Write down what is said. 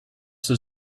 the